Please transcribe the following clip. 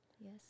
Yes